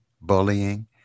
bullying